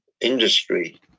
industry